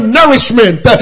nourishment